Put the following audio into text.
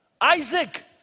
Isaac